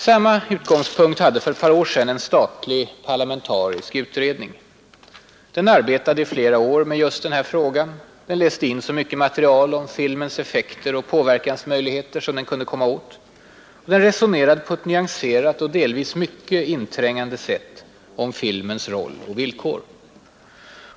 Samma utgångspunkt hade för ett par år sedan en statlig parlamentarisk utredning. Den arbetade i flera år med just den här frågan. Den läste in så mycket material om filmens effekter och påverkansmöjligheter som den kunde komma åt. Den resonerade på ett nyanserat och delvis mycket inträngande sätt om filmens roll och villkor.